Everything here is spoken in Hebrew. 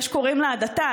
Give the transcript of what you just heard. יש הקוראים לה הדתה,